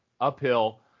uphill